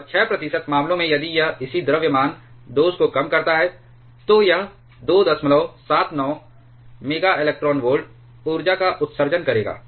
और 6 प्रतिशत मामलों में यदि यह इसी द्रव्यमान दोष को कम करता है तो यह 279 MeV ऊर्जा का उत्सर्जन करेगा